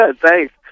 Thanks